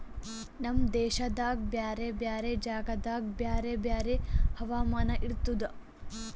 ನಮ್ ದೇಶದಾಗ್ ಬ್ಯಾರೆ ಬ್ಯಾರೆ ಜಾಗದಾಗ್ ಬ್ಯಾರೆ ಬ್ಯಾರೆ ಹವಾಮಾನ ಇರ್ತುದ